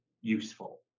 useful